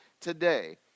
today